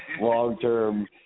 long-term